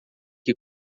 que